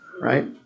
Right